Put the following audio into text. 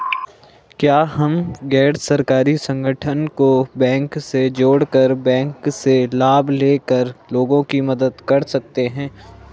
क्या हम गैर सरकारी संगठन को बैंक से जोड़ कर बैंक से लाभ ले कर लोगों की मदद कर सकते हैं?